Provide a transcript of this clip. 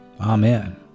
Amen